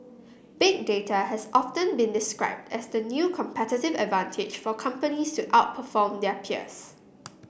Big Data has often been described as the new competitive advantage for companies to outperform their peers